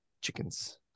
chickens